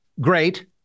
great